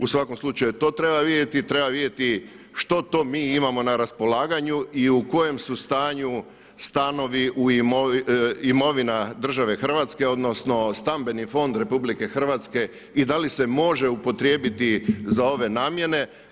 U svakom slučaju to treba vidjeti i treba vidjeti što to mi imamo na raspolaganju i u kojem su stanju stanovi, imovina države Hrvatske odnosno stambeni fond RH i da li se može upotrijebiti za ove namjene.